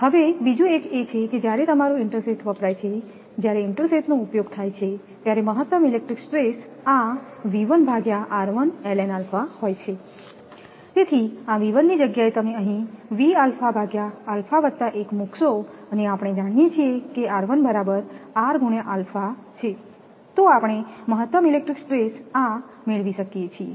હવે બીજું એક એ છે કે જ્યારે તમારું ઇન્ટરસેથ વપરાય છે જ્યારે ઇન્ટરસેથનો ઉપયોગ થાય છે ત્યારે મહત્તમ ઇલેક્ટ્રિક સ્ટ્રેસ આ હોય છે તેથી આ ની જગ્યાએ તમે અહીં મૂકશો ને આપણે જાણીએ છીએ તોઆપણે મહત્તમ ઇલેક્ટ્રિક સ્ટ્રેસ આ મેળવી શકીએ છીએ